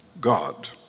God